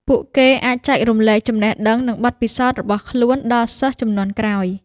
ពួកគេអាចចែករំលែកចំណេះដឹងនិងបទពិសោធន៍របស់ខ្លួនដល់សិស្សជំនាន់ក្រោយ។